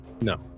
No